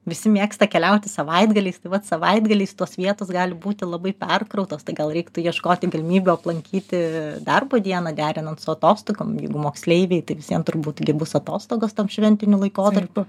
visi mėgsta keliauti savaitgaliais tai vat savaitgaliais tos vietos gali būti labai perkrautos tai gal reiktų ieškoti galimybių aplankyti darbo dieną derinant su atostogom jeigu moksleiviai tai vis vien turbūt bus atostogos tom šventiniu laikotarpiu